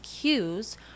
cues